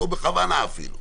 בכוונה אפילו,